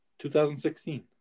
2016